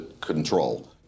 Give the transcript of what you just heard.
control